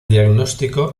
diagnóstico